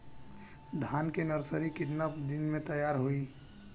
धान के नर्सरी कितना दिन में तैयार होई?